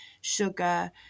sugar